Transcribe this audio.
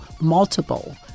multiple